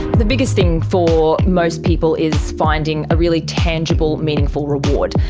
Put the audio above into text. the biggest thing for most people is finding a really tangible, meaningful reward,